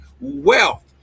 Wealth